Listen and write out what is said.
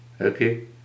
Okay